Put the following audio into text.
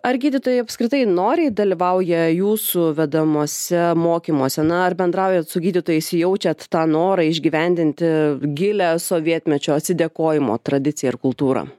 ar gydytojai apskritai noriai dalyvauja jūsų vedamuose mokymuose na ar bendraujant su gydytojais jaučiat tą norą išgyvendinti gilią sovietmečio atsidėkojimo tradiciją ir kultūrą